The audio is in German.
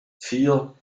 vier